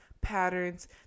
patterns